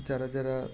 যারা যারা